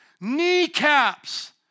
kneecaps